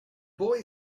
boy